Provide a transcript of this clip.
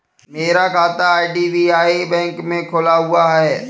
मेरा खाता IDBI bank में खुला हुआ है